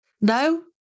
No